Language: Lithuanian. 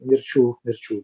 mirčių mirčių